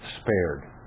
spared